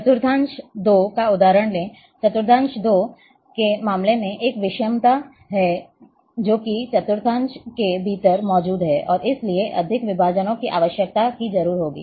चतुर्थांश 2 का उदाहरण लें चतुर्थांश 2 के मामले में एक विषमता है जो कि चतुर्थांश के भीतर मौजूद है और इसलिए अधिक विभाजनों की आवश्यकता की जरूर होगी